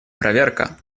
проверка